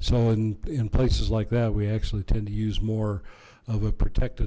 so in in places like that we actually tend to use more of a protected